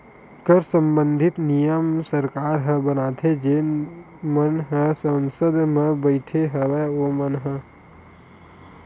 कर संबंधित नियम सरकार ह बनाथे जेन मन ह संसद म बइठे हवय ओमन ह